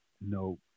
No